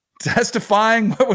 testifying